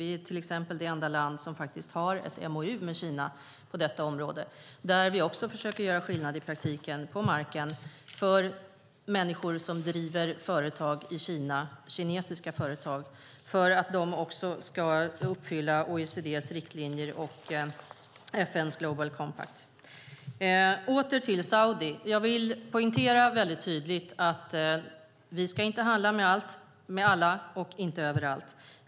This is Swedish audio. Vi är till exempel det enda land som har ett MoU med Kina på detta område, där vi också försöker göra skillnad i praktiken på marken för människor som driver kinesiska företag i Kina. De ska uppfylla OECD:s riktlinjer och FN:s Global Compact. Åter till Saudiarabien! Jag vill poängtera väldigt tydligt att vi inte ska handla med allt och alla eller överallt.